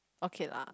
okay lah